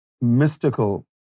mystical